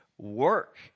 Work